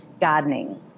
gardening